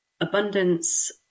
abundance